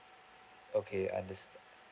okay understand